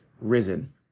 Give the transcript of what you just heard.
risen